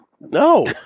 No